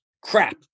crap